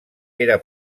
era